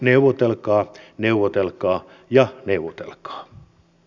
neuvotelkaa neuvotelkaa ja neuvotelkaa